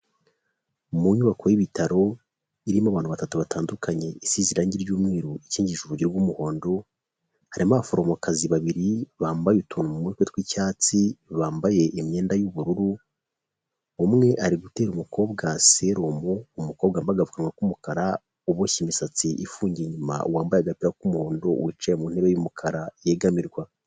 Mu nyubako y'ibitaro irimo abantu batatu batandukanye isize irangi ry'umweru ikinki uburyo bw'umuhondo, harimo abaforomokazi babiri bambaye utuntu mu du twe tw'icyatsi bambaye imyenda y'ubururu umwe ari gutera umukobwa serumu umukobwa wambaye agapfunwa k'umukara uboshye imisatsi ifugiye inyuma wambaye agapira k'umuhondo wicaye mu ntebe y'umukara yegamirwa.